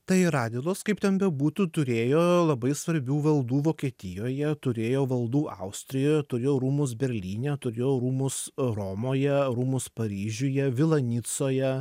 tai radvilos kaip ten bebūtų turėjo labai svarbių valdų vokietijoje turėjo valdų austrijoje turėjo rūmus berlyne turėjo rūmus romoje rūmus paryžiuje vilą nicoje